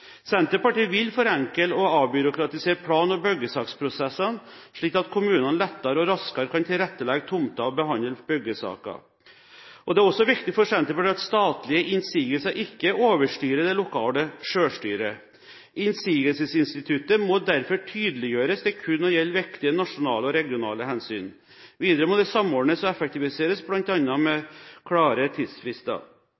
Senterpartiet vil forenkle og avbyråkratisere plan- og byggesaksprosessene slik at kommunene lettere og raskere kan tilrettelegge tomter og behandle byggesaker. Det er også viktig for Senterpartiet at statlige innsigelser ikke overstyrer det lokale selvstyret. Innsigelsesinstituttet må derfor tydeliggjøres til kun å gjelde viktige nasjonale og regionale hensyn. Videre må det samordnes og effektiviseres, bl.a. med